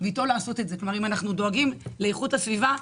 אם אנחנו דואגים לאיכות הסביבה,